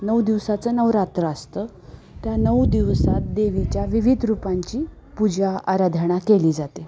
नऊ दिवसाचं नवरात्र असतं त्या नऊ दिवसात देवीच्या विविध रूपांची पूजा आराधना केली जाते